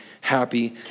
happy